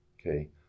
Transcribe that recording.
okay